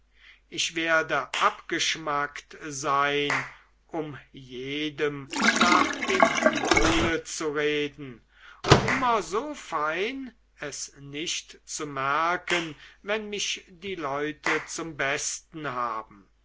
ich werde abgeschmackt sein um jedem nach dem maule zu reden und immer so fein es nicht zu merken wenn mich die leute zum besten haben